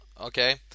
Okay